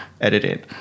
editing